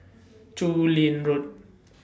Chu Lin Road